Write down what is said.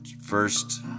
first